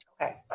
Okay